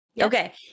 okay